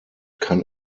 kann